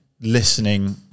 listening